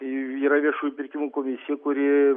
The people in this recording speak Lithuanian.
tai yra viešųjų pirkimų komisija kuri